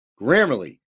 Grammarly